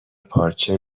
پارچه